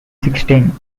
sixteenth